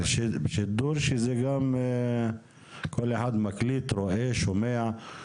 בשידור כך שכל אחד יכול להקליט, לראות, לשמוע.